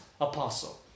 apostle